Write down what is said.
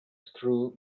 screw